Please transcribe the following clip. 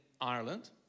Ireland